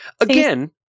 Again